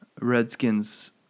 Redskins